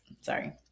sorry